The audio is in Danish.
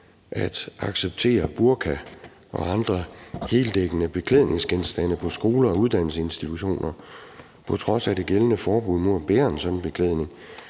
at acceptere burka og andre heldækkende beklædningsgenstande på skoler og uddannelsesinstitutioner, på trods af at der er et gældende forbud mod at bære en sådan beklædning.